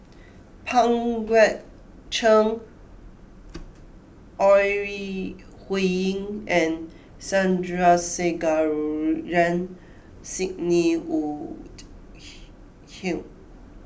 Pang Guek Cheng Ore Huiying and Sandrasegaran Sidney Woodhull